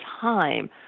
time